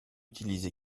utilise